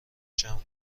جمع